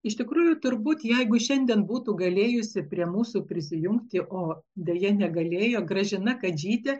iš tikrųjų turbūt jeigu šiandien būtų galėjusi prie mūsų prisijungti o deja negalėjo gražina kadžytė